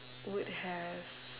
would have